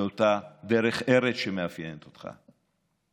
לאותה דרך ארץ שמאפיינת אותך,